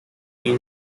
now